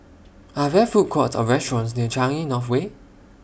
Are There Food Courts Or restaurants near Changi North Way